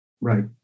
Right